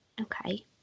Okay